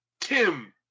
tim